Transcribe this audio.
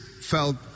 felt